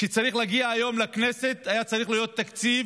שצריך היה להגיע היום לכנסת היה צריך להיות תקציב